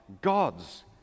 gods